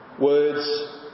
words